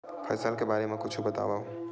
फसल के बारे मा कुछु बतावव